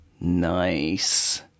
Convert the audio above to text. Nice